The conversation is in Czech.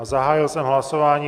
Zahájil jsem hlasování.